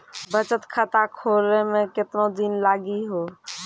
बचत खाता खोले मे केतना दिन लागि हो?